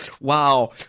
wow